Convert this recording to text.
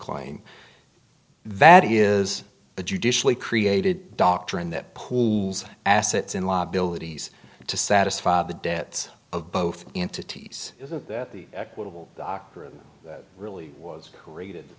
claim that is a judicially created doctrine that pools of assets and liabilities to satisfy the debts of both entities isn't that the equitable doctrine that really was graded